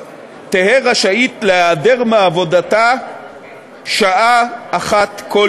תהא רשאית להיעדר מעבודתה שעה אחת כל